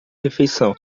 refeição